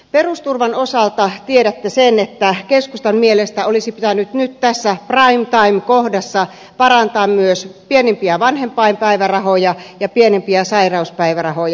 perusturvan osalta tiedätte sen että keskustan mielestä olisi pitänyt nyt tässä prime time kohdassa parantaa myös pienimpiä vanhempainpäivärahoja ja pienimpiä sairauspäivärahoja